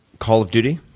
call of duty.